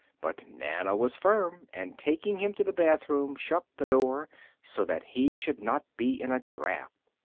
but nana was firm and, taking him to the bathroom, shut the door so that he should not be in a draught.